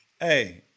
Hey